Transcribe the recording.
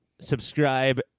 subscribe